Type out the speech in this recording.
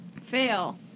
Fail